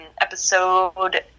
episode